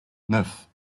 neuf